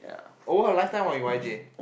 oh her life time was in Y_J